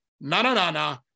na-na-na-na